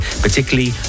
particularly